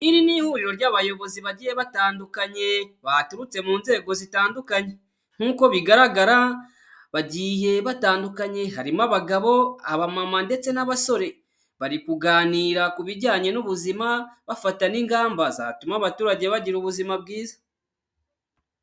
Iri n'ihuriro ry'abayobozi bagiye batandukanye, baturutse mu nzego zitandukanye. Nk'uko bigaragara bagiye batandukanye harimo abagabo, abamama ndetse n'abasore. Bari kuganira ku bijyanye n'ubuzima bafata n'ingamba zatuma abaturage bagira ubuzima bwiza.